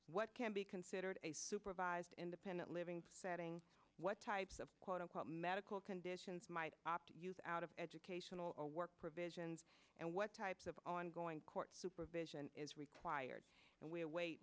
what can be considered a supervised independent living setting what types of quote unquote medical conditions might opt out of educational work provisions and what types of ongoing court supervision is required and we